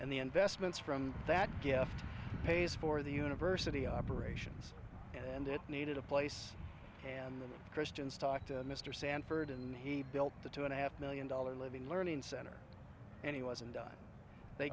and the investments from that gift pays for the university operations and it needed a place and the christians talk to mr sanford and he built the two and a half million dollar living learning center and he was and they